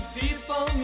people